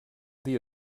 dia